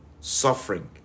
suffering